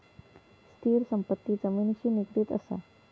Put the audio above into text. स्थिर संपत्ती जमिनिशी निगडीत असा